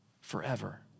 forever